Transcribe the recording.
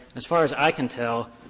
as far as i can tell,